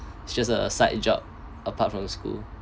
it's just a side job apart from school